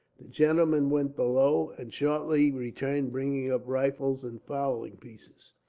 the gentlemen went below, and shortly returned bringing up rifles and fowling pieces.